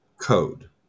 code